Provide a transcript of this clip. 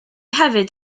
hefyd